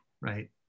right